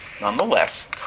nonetheless